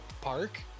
Park